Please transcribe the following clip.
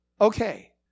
okay